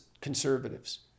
conservatives